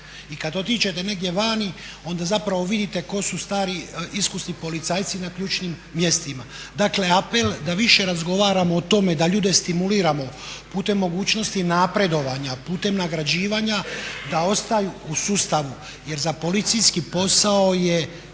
I kada otiđete negdje vani onda zapravo vidite tko su stari, iskusni policajci na ključnim mjestima. Dakle apel da više razgovaramo o tome, da ljude stimuliramo putem mogućnosti napredovanja, putem nagrađivanja da ostaju u sustavu jer za policijski posao je